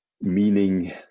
meaning